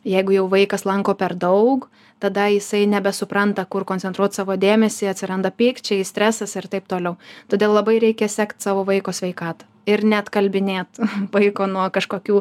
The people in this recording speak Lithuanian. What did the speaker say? jeigu jau vaikas lanko per daug tada jisai nebesupranta kur koncentruot savo dėmesį atsiranda pykčiai stresas ir taip toliau todėl labai reikia sekt savo vaiko sveikatą ir neatkalbinėt vaiko nuo kažkokių